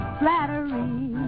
flattery